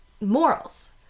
morals